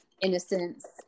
innocence